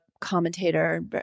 commentator